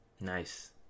nice